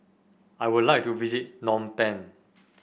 I would like to visit Phnom Penh